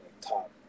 top